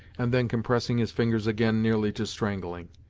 and then compressing his fingers again nearly to strangling.